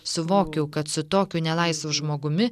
suvokiau kad su tokiu nelaisvu žmogumi